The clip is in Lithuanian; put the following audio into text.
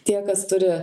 tie kas turi